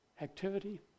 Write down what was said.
activity